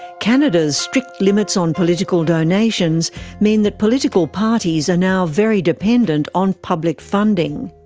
canada's strict limits on political donations mean that political parties are now very dependent on public funding.